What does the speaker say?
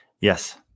Yes